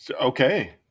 okay